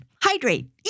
hydrate